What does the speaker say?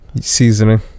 seasoning